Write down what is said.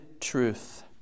truth